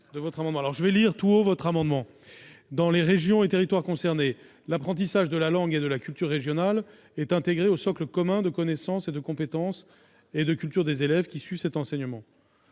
je vais lire à haute voix :« Dans les régions et territoires concernés, l'apprentissage de la langue et de la culture régionales est intégré au socle commun de connaissances, de compétences et de culture des élèves qui suivent cet enseignement.